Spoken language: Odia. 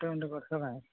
ବର୍ତ୍ତମାନ